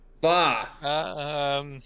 Bah